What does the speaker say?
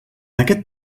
aquest